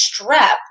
strep